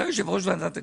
אתה יושב ראש ועדת הכספים,